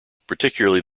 particularly